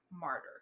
martyr